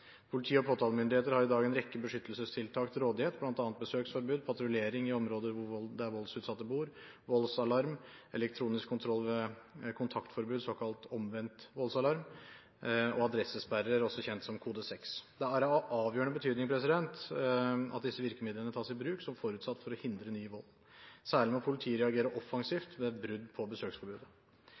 Politi og påtalemyndighet har i dag en rekke beskyttelsestiltak til rådighet, bl.a. besøksforbud, patruljering i området der voldsutsatte bor, voldsalarm elektronisk kontroll ved kontaktforbud, såkalt omvendt voldsalarm og adressesperre, også kjent som kode 6. Det er av avgjørende betydning at disse virkemidlene tas i bruk som forutsatt for å hindre ny vold. Særlig må politiet reagere offensivt ved brudd på